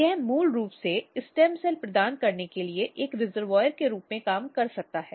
यह मूल रूप से स्टेम सेल प्रदान करने के लिए एक रिजर्वॉयरके रूप में काम कर सकता है